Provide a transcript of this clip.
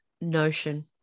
Notion